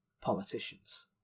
Politicians